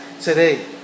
today